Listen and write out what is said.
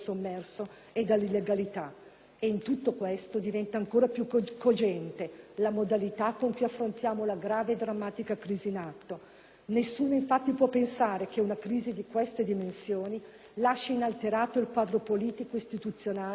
In tutto questo, diventa ancor più cogente la modalità con cui affrontiamo la grave e drammatica crisi in atto. Nessuno infatti può pensare che una crisi di queste dimensioni lasci inalterato un quadro politico istituzionale, sociale e culturale.